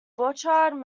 bouchard